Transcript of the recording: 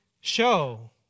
show